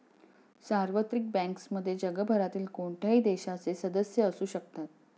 सार्वत्रिक बँक्समध्ये जगभरातील कोणत्याही देशाचे सदस्य असू शकतात